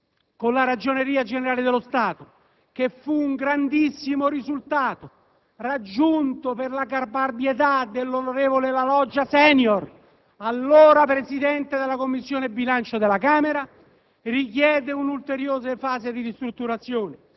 Il collegamento con la Ragioneria generale dello Stato, che fu un grandissimo risultato raggiunto per la caparbietà dell'onorevole La Loggia *senior*, allora presidente della Commissione bilancio della Camera,